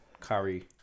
Curry